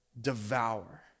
devour